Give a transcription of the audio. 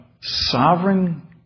sovereign